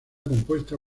compuesta